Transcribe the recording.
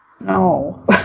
no